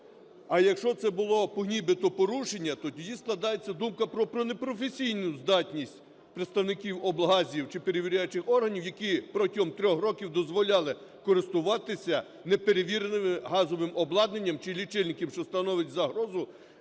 А якщо це було нібито порушення, тоді складається думка про непрофесійну здатність представників облгазів чи перевіряючих органів, які протягом 3 років дозволяли користуватися неперевіреним газовим обладнанням чи лічильником, що становить загрозу